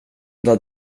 där